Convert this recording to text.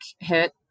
hit